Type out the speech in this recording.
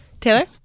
Taylor